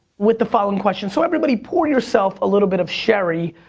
with the following question, so everybody pour yourself a little bit of sherry.